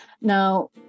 Now